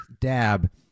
dab